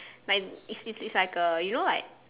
like it's it's it's like a you know like